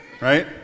right